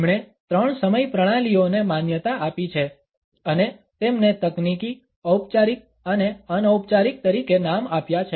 તેમણે ત્રણ સમય પ્રણાલીઓને માન્યતા આપી છે અને તેમને તકનીકી ઔપચારિક અને અનૌપચારિક તરીકે નામ આપ્યા છે